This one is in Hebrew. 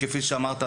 כמו שאמרת,